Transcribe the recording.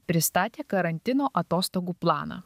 pristatė karantino atostogų planą